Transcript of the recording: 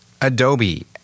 Adobe